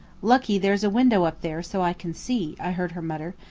lucky there's a window up there, so i can see, i heard her mutter.